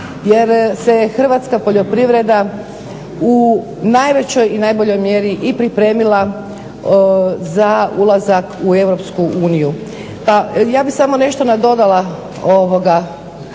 jer se hrvatska poljoprivreda u najvećoj i najboljoj mjeri i pripremila za ulazak u EU. Pa ja bih samo nadodala